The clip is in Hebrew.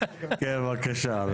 בבקשה.